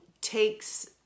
takes